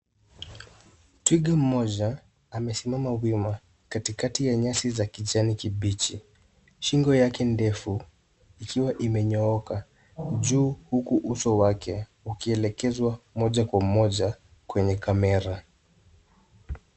Twiga mmoja amesimama wima kati kati ya nyasi za kijani kibichi. Shingo yake ndefu ikiwa imenyooka juu huku uso wake ukielekezwa moja kwa moja kwenye kamera.